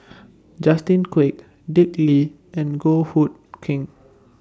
Justin Quek Dick Lee and Goh Hood Keng